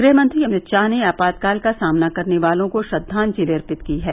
गृह मंत्री अमित शाह ने आपातकाल का सामना करने वालों को श्रद्वांजलि अर्पित की है